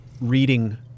reading